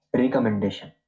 recommendation